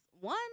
one